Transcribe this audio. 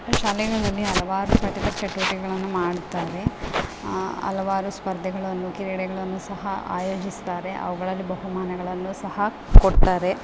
ಶಾಲೆಗಳಲ್ಲಿ ಹಲವಾರು ಪಠ್ಯದ ಚಟುವಟಿಕೆಗಳನ್ನು ಮಾಡ್ತಾರೆ ಹಲವಾರು ಸ್ಪರ್ಧೆಗಳನ್ನು ಕ್ರೀಡೆಗಳನ್ನು ಸಹ ಆಯೋಜಿಸ್ತಾರೆ ಅವುಗಳಲ್ಲಿ ಬಹುಮಾನಗಳನ್ನು ಸಹ ಕೊಡ್ತಾರೆ